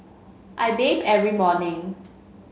I bathe every morning